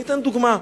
אני אתן דוגמה.